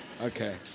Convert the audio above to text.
Okay